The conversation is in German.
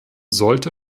sollte